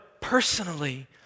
personally